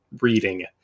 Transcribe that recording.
reading